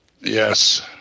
Yes